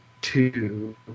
Two